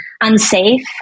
unsafe